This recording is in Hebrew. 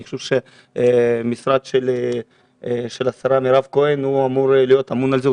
אני חושב שהמשרד של השרה מירב כהן אמור להיות אמון על זה,